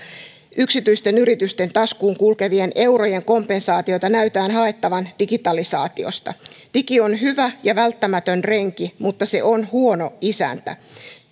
yksityisten yritysten taskuun kulkevien eurojen kompensaatiota näytetään haettavan digitalisaatiosta digi on hyvä ja välttämätön renki mutta se on huono isäntä